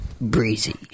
Breezy